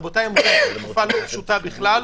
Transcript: רבותיי, הם עוברים תקופה לא פשוטה בכלל.